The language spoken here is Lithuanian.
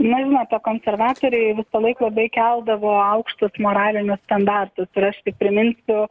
na žinote konservatoriai visą laiką labai keldavo aukštus moralinius standartus ir aš tik priminsiu